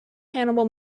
hannibal